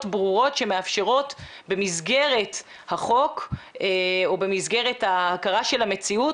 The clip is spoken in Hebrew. ברורות שמאפשרות במסגרת החוק או במסגרת ההכרה של המציאות,